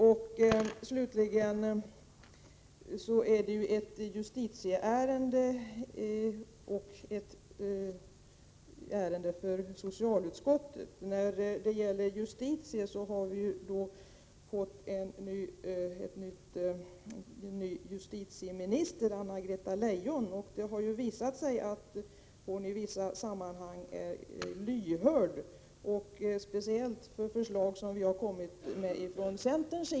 Det här är ett ärende för justitieutskottet och för socialutskottet. Vi har fått en ny justitieminister, Anna-Greta Leijon, som har visat sig vara lyhörd för saker och ting, speciellt för förslag från centern.